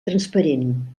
transparent